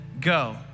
go